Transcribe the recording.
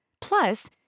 plus